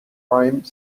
prime